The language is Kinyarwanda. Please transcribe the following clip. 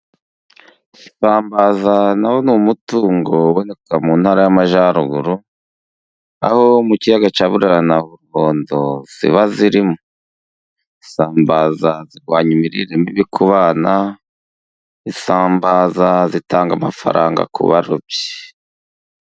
Isambaza n'umutungo uboneka mu ntara y'Amajyaruguru. Aho mu kiyaga cya Burera na Ruhondo ziba zirimo, isambaza zirwanya imirire imibi kubana. Isambaza zitanga amafaranga ku barobyi.